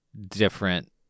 different